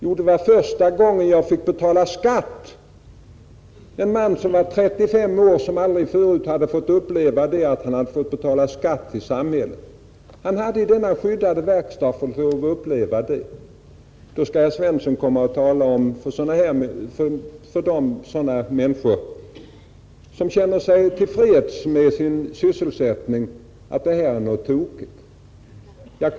— Jo, det var första gången jag fick betala skatt, svarade han. Det var en man på 35 år som aldrig förut hade varit med om att betala skatt till samhället, men han hade i denna skyddade verkstad fått uppleva det. Herr Svensson skall alltså gå ut och tala om för människor, som känner sig till freds med sin sysselsättning, att det här är något tokigt.